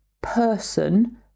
person